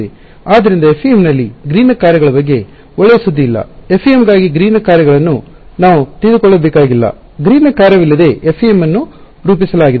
ಆದ್ದರಿಂದ FEM ನಲ್ಲಿ ಗ್ರೀನ್ನ ಕಾರ್ಯಗಳ ಬಗ್ಗೆ ಒಳ್ಳೆಯ ಸುದ್ದಿ ಇಲ್ಲ FEM ಗಾಗಿ ಗ್ರೀನ್ನ ಕಾರ್ಯಗಳನ್ನು ನಾವು ತಿಳಿದುಕೊಳ್ಳಬೇಕಾಗಿಲ್ಲ ಗ್ರೀನ್ನ ಕಾರ್ಯವಿಲ್ಲದೆ FEM ಅನ್ನು ರೂಪಿಸಲಾಗಿದೆ